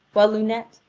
while lunete,